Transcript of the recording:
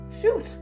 shoot